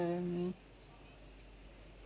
um